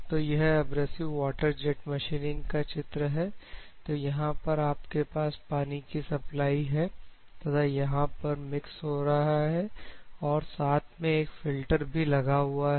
तो यह abrasive water jet machining का चित्र है तो यहां पर आपके पास पानी कि सप्लाई है तथा यहां पर मिक्स हो रहा है और साथ में एक फिल्टर भी लगा हुआ है